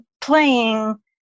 playing